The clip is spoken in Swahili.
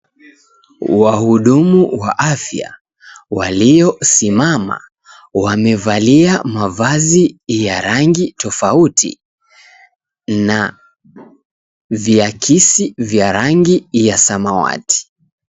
Wahudumu wa afya, waliosimama, wamevalia mavazi ya rangi tofauti na viakisi vya rangi ya samawati.